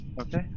Okay